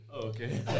Okay